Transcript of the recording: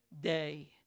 day